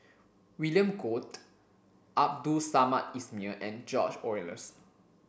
William Goode Abdul Samad Ismail and George Oehlers